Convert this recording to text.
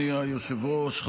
היושב-ראש.